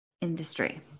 industry